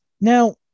now